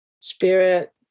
Spirit